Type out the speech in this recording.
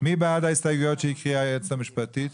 מי בעד ההסתייגויות שהקריאה היועצת המשפטית?